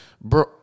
Bro